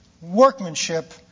workmanship